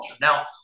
Now